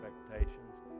expectations